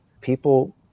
people